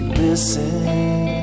listen